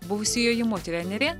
buvusi jojimo trenerė